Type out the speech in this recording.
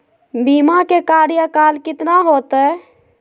बीमा के कार्यकाल कितना होते?